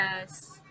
Yes